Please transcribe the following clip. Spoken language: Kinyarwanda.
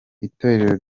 itorero